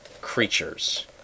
creatures